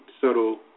subtle